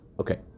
Okay